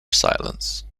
silence